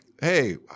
hey